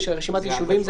רשימת הישובים,